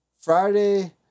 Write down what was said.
Friday